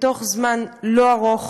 ובתוך זמן לא ארוך